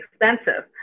expensive